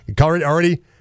Already